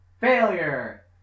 Failure